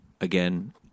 again